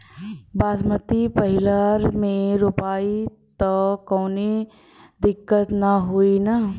बासमती पलिहर में रोपाई त कवनो दिक्कत ना होई न?